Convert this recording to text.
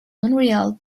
montreal